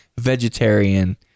Vegetarian